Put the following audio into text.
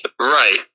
Right